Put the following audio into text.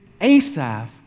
Asaph